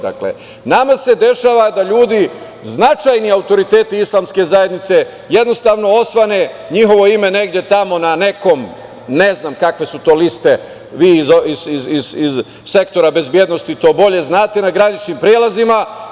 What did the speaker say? Dakle, nama se dešava da ljudi značajni autoriteti islamske zajednice jednostavno osvane njihovo ime negde tamo na nekom, ne znam kakve su to liste, vi iz sektora bezbednosti to bolje znate, na graničnim prelazima.